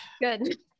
Good